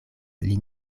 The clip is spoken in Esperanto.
lin